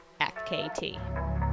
FKT